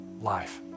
life